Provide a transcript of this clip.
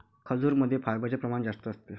खजूरमध्ये फायबरचे प्रमाण जास्त असते